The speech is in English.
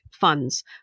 funds